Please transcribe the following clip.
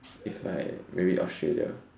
if I maybe Australia